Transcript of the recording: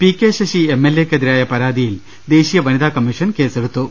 PK ശ്രശി M എൽഎക്കെതിരായ പരാതിയിൽ ദേശീയ വനിതാകമ്മീഷൻ കേസെടുത്തു